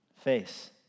face